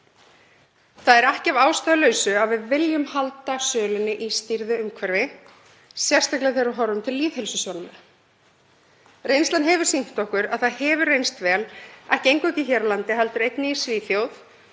Það er ekki að ástæðulausu að við viljum halda sölunni í stýrðu umhverfi, sérstaklega þegar við horfum til lýðheilsusjónarmiða. Reynslan hefur sýnt okkur að það hefur reynst vel, ekki eingöngu hér á landi heldur einnig í Svíþjóð,